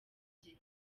bye